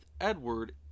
Edward